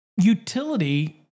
utility